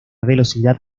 velocidad